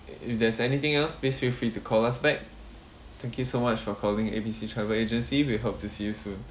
if there's anything else please feel free to call us back thank you so much for calling A_B_C travel agency we hope to see you soon